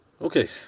Okay